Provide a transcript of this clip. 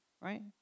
right